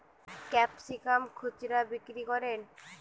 Capsicum খুচরা বিক্রি কেমন?